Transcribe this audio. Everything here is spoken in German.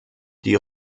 die